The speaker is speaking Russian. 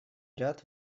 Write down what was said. ряд